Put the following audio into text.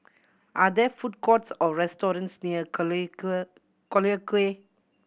are there food courts or restaurants near Collyer Collyer Quay